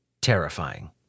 terrifying